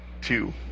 two